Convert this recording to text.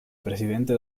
presidente